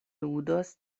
ludos